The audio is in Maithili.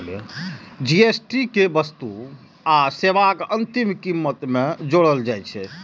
जी.एस.टी कें वस्तु आ सेवाक अंतिम कीमत मे जोड़ल जाइ छै